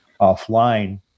offline